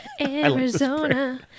Arizona